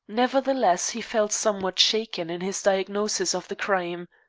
nevertheless, he felt somewhat shaken in his diagnosis of the crime.